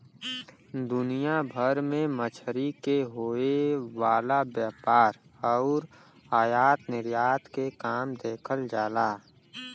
दुनिया भर में मछरी के होये वाला व्यापार आउर आयात निर्यात के काम देखल जाला